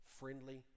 friendly